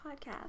podcast